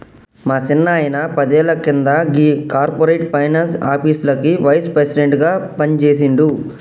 మా సిన్నాయిన పదేళ్ల కింద గీ కార్పొరేట్ ఫైనాన్స్ ఆఫీస్లకి వైస్ ప్రెసిడెంట్ గా పనిజేసిండు